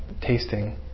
tasting